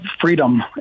freedom